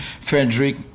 frederick